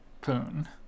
Poon